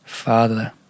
Father